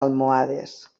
almohades